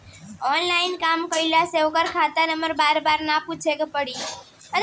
online काम करे से ओकर खाता नंबर बार बार ना पूछे के पड़ी